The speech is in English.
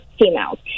females